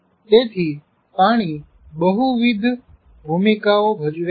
તેથી પાણી બહુવિધ ભૂમિકાઓ ભજવે છે